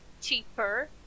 cheaper